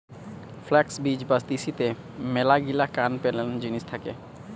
flux বীজ বা তিসিতে মেলাগিলা কান পেলেন জিনিস থাকে